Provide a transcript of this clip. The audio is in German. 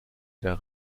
der